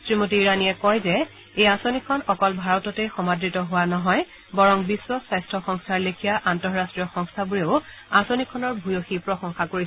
শ্ৰীমতী ইৰাণীয়ে কয় যে এই আঁচনিখন অকল ভাৰততেই সমাদৃত হোৱা নহয় বৰং বিশ্ব স্বাস্থ্য সংস্থা লেখিয়া আন্তঃৰাষ্টীয় সংস্থাবোৰেও আঁচনিখনৰ ভূয়সী প্ৰশংসা কৰিছে